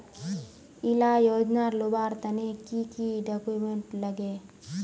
इला योजनार लुबार तने की की डॉक्यूमेंट लगे?